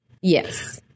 Yes